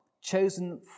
Chosen